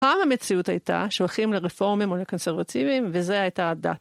פעם המציאות הייתה שהולכים לרפורמים או לקונסרבטיבים, וזה הייתה הדת.